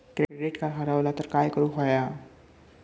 Credit card हरवला तर काय करुक होया?